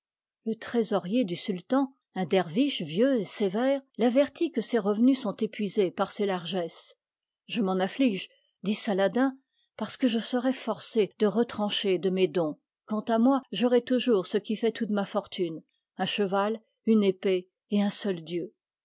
le trésorier du sultan un derviche vieux et sévère t'avertit que ses revenus sont épuisés par ses largesses je m'en afflige dit saladin parce que je serai forcé de retrancher de mes dons quant à moi j'aurai toujours ce qui fait toute ma fortune un cheval une épée et un seul dieu